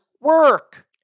work